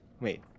wait